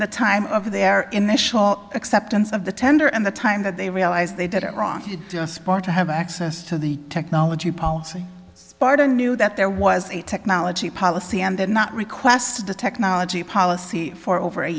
the time of their initial acceptance of the tender and the time that they realize they did it wrong to do aspire to have access to the technology policy sparta knew that there was a technology policy and then not requested the technology policy for over a